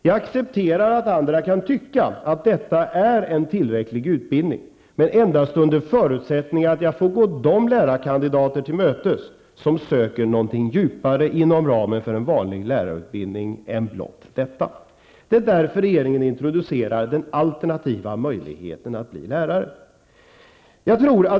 Jag accepterar att andra kan tycka att detta är en tillräcklig utbildning, men endast under förutsättning att jag får gå de lärarkandidater till mötes som söker någonting djupare inom ramen för en vanlig lärarutbildning än blott detta. Det är därför regeringen introducerar den alternativa möjligheten att bli lärare.